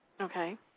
Okay